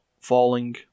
falling